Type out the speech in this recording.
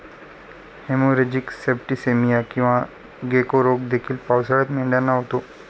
haemorrhagic septicaemia किंवा गेको रोग देखील पावसाळ्यात मेंढ्यांना होतो